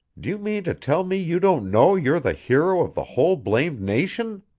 do you mean to tell me you don't know you're the hero of the whole blamed nation?